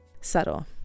Subtle